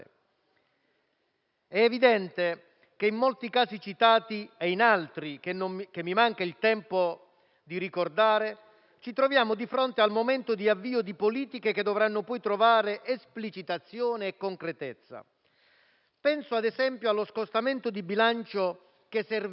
È evidente che in molti casi citati e in altri che mi manca il tempo di ricordare, ci troviamo di fronte al momento di avvio di politiche che dovranno poi trovare esplicitazione e concretezza. Penso, ad esempio, allo scostamento di bilancio che servirà